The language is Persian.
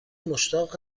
مشتاق